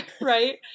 Right